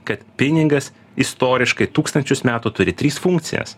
kad pinigas istoriškai tūkstančius metų turi tris funkcijas